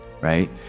right